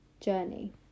journey